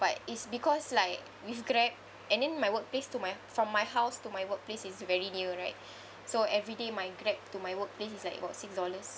but it's because like with Grab and then my workplace to my from my house to my workplace is very near right so every day my Grab to my workplace is like about six dollars